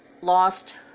lost